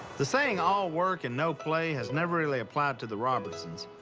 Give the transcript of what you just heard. the saying all work and no play has never really applied to the robertsons,